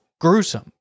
gruesome